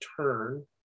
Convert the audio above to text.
turn